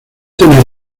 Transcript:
tener